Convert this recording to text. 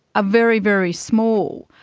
ah very, very small.